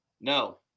No